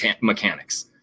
mechanics